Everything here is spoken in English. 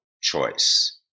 choice